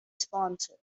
sponsor